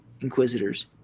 Inquisitors